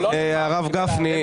הרב גפני,